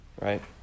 right